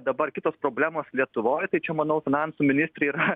dabar kitos problemos lietuvoj tai čia manau finansų ministrei yra